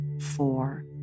four